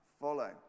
follow